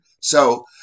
So-